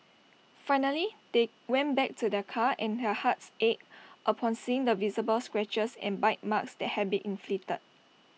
finally they went back to their car and their hearts ached upon seeing the visible scratches and bite marks that had been inflicted